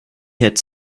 had